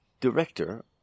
Director